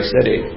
City